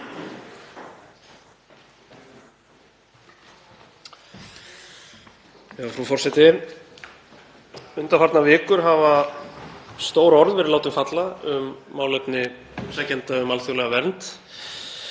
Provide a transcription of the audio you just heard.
Frú forseti. Undanfarnar vikur hafa stór orð verið látin falla um málefni umsækjenda um alþjóðlega vernd.